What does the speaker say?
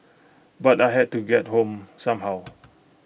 but I had to get home somehow